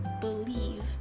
believe